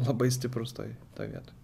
labai stiprus toj toj vietoj